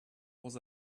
was